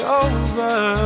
over